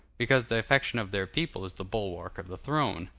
because the affection of their people is the bulwark of the throne.